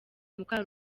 muka